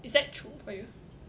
is that true for you